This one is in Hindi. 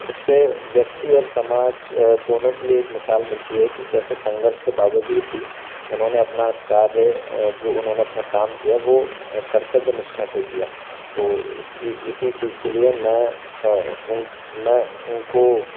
इससे व्यक्ति और समाज दोनों के लिए एक मिसाल मिलती है कि कैसे संघर्ष के बाबजूद भी उन्होंने अपना कार्य और जो उन्होंने अपना काम किया वह कर्तव्य निष्ठा से किया तो इसकी इसी चीज़ के लिए मैं उन मैं उनको